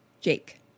Jake